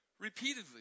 repeatedly